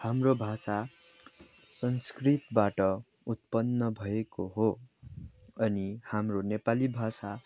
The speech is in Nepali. हाम्रो भाषा संस्कृतबाट उत्पन्न भएको हो अनि हाम्रो नेपाली भाषा